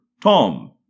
Tom